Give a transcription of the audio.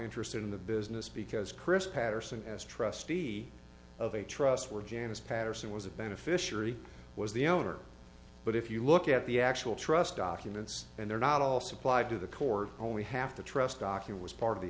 interested in the business because chris patterson as trustee of a trust were janice patterson was a beneficiary was the owner but if you look at the actual trust documents and they're not all supplied to the court only have to trust docu was part of the